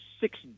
six